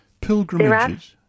pilgrimages